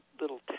little